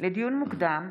לדיון מוקדם,